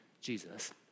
Jesus